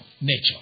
nature